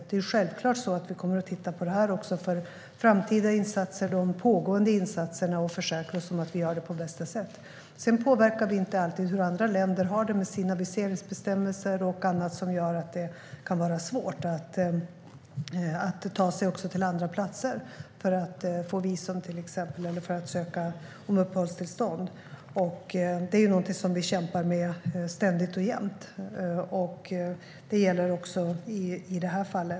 Det är självklart så att vi kommer att titta på detta inför framtida insatser och i de pågående insatserna. Vi ska försäkra oss om att vi gör det på bästa sätt. Sedan påverkar vi inte alltid hur andra länder har det med sina aviseringsbestämmelser och annat som gör att det kan vara svårt att ta sig till andra platser för att till exempel få visum eller ansöka om uppehållstillstånd. Det är något vi ständigt och jämt kämpar med, och det gäller också i detta fall.